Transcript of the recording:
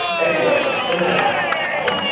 anyway, for now i and